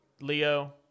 Leo